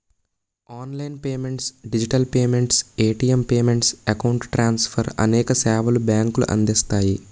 online payments digital payments, ATM payments, account transfer అనేక సేవలు బ్యాంకులు అందిస్తాయి